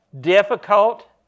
Difficult